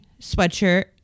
sweatshirt